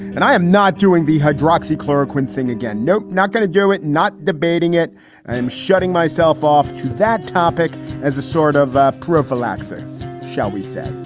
and i am not doing the hydroxy chloroquine thing again. nope. not gonna do it. not debating it i am shutting myself off to that topic as a sort of prophylaxis, shall we say.